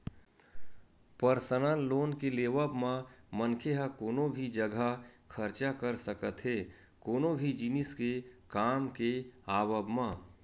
personal loan के लेवब म मनखे ह कोनो भी जघा खरचा कर सकत हे कोनो भी जिनिस के काम के आवब म